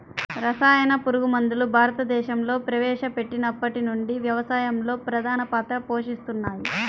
రసాయన పురుగుమందులు భారతదేశంలో ప్రవేశపెట్టినప్పటి నుండి వ్యవసాయంలో ప్రధాన పాత్ర పోషిస్తున్నాయి